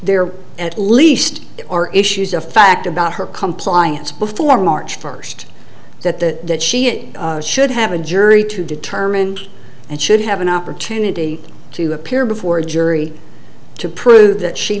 are at least are issues of fact about her compliance before march first that she should have a jury to determine and should have an opportunity to appear before a jury to prove that she